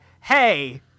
hey